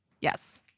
Yes